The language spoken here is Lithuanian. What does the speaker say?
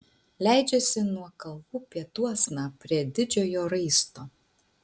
leidžiasi nuo kalvų pietuosna prie didžiojo raisto